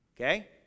Okay